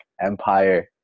empire